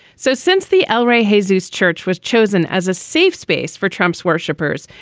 so since the el rey hazes church was chosen as a safe space for trump's worshippers,